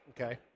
Okay